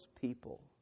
people